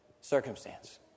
circumstance